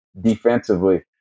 defensively